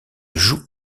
jouent